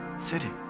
city